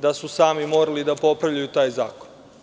da su sami morali da popravljaju ovaj zakon?